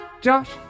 Josh